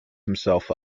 himself